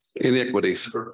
iniquities